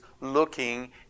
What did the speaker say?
looking